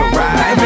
right